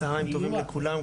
צוהריים טובים לכולם.